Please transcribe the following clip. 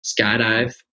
skydive